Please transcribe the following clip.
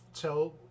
tell